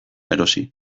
erosi